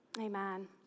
Amen